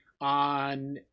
on